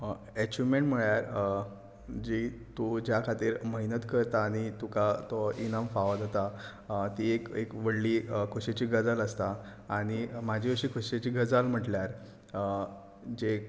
achievement म्हळ्यार जी तूं ज्या खातीर मेहनत करता आनी तुका तो इनाम फावो जाता ती एक व्हडली खोशयेची गजाल आसता आनी म्हाजी अशी खोशयेची गजाल म्हटल्यार जे